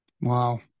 Wow